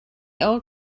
old